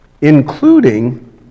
including